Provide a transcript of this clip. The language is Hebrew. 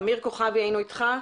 אמיר כוכבי היינו איתך.